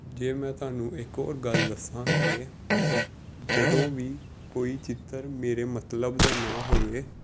ਜੇ ਮੈਂ ਤੁਹਾਨੂੰ ਇੱਕ ਹੋਰ ਗੱਲ ਦੱਸਾਂ ਅਤੇ ਜਦੋਂ ਵੀ ਕੋਈ ਚਿੱਤਰ ਮੇਰੇ ਮਤਲਬ ਦਾ ਨਾ ਹੋਵੇ